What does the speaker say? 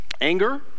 Anger